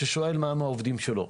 ששואל מה עם העובדים שלו,